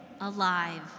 alive